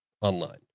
online